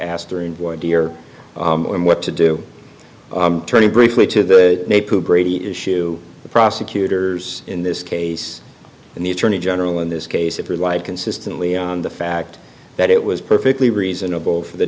ask during one tear and what to do turning briefly to the brady issue the prosecutors in this case and the attorney general in this case if you like consistently on the fact that it was perfectly reasonable for the